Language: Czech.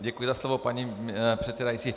Děkuji za slovo, paní předsedající.